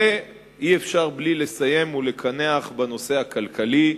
אי-אפשר בלי לסיים ולקנח בנושא הכלכלי,